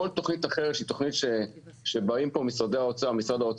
כל תוכנית אחרת שהיא תוכנית שבא משרד האוצר